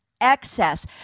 excess